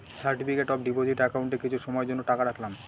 certificate of deposit একাউন্টে কিছু সময়ের জন্য টাকা রাখলাম